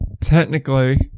technically